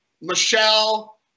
Michelle